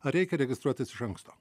ar reikia registruotis iš anksto